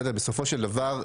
בסופו של דבר,